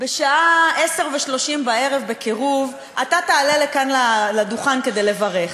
בשעה 22:30 בקירוב, אתה תעלה לכאן לדוכן כדי לברך.